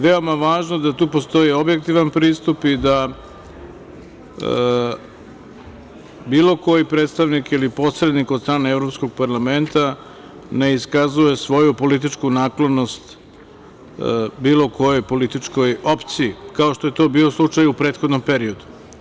Zato je veoma važno da tu postoji objektivan pristup i da bilo koji predstavnik ili posrednik od strane Evropskog parlamenta ne iskazuje svoju političku naklonost bilo kojoj političkoj opciji, kao što je to bio slučaj u prethodnom periodu.